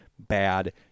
bad